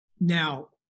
Now